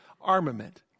armament